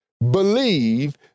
believe